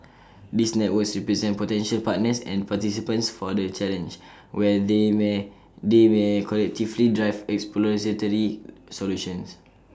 these networks represent potential partners and participants for the challenge where they may collectively drive exploratory solutions